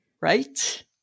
Right